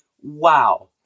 wow